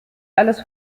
alles